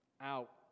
Out